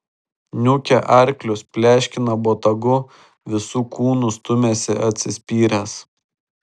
niūkia arklius pleškina botagu visu kūnu stumiasi atsispyręs